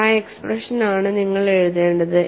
ആ എക്സ്പ്രഷൻ ആണ് നിങ്ങൾ എഴുതേണ്ടത്